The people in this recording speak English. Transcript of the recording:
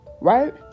Right